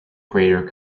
greater